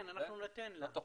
אנחנו ניתן לה.